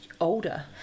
Older